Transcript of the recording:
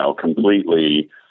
completely